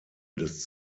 des